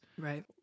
Right